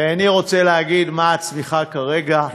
ואיני רוצה להגיד מה הצמיחה כרגע,